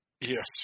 Yes